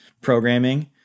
programming